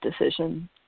decision